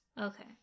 Okay